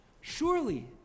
Surely